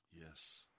Yes